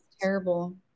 terrible